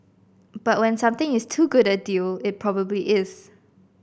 but when something is too good a deal it probably is